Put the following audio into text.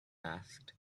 asked